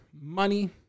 money